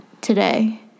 today